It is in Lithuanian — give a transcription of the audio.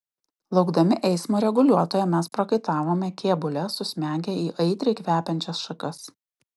laukdami eismo reguliuotojo mes prakaitavome kėbule susmegę į aitriai kvepiančias šakas